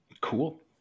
Cool